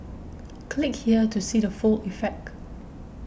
click here to see the full effect